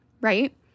right